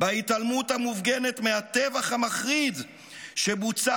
בהתעלמות המופגנת מהטבח המחריד שבוצע